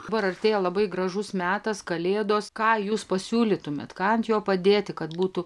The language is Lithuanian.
bar artėja labai gražus metas kalėdos ką jūs pasiūlytumėt ką ant jo padėti kad būtų